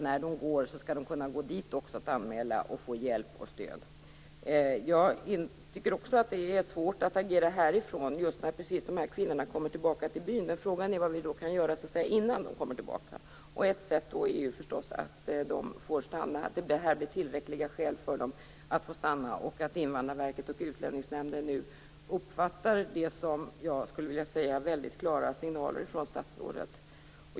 När de går skall de även kunna gå dit för att anmäla och få hjälp och stöd. Jag tycker också att det är svårt att agera härifrån för de här kvinnorna när de kommer tillbaka till byn, men frågan är vad vi kan göra innan de kommer tillbaka. Ett sätt är förstås att de får stanna, att det här blir tillräckliga skäl för att de skall få stanna och att Invandrarverket och Utlänningsnämnden nu uppfattar dessa, skulle jag vilja säga, väldigt klara signaler från statsrådet.